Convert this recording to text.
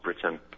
Britain